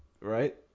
right